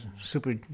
super